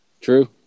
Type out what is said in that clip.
True